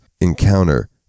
encounter